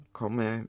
come